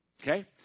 Okay